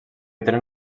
tenen